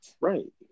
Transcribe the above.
Right